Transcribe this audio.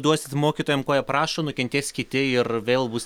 duosit mokytojam ko jie prašo nukentės kiti ir vėl bus